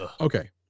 Okay